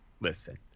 listen